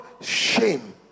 shame